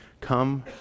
come